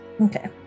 Okay